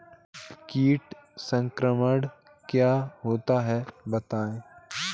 कीट संक्रमण क्या होता है बताएँ?